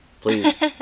please